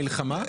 מלחמה?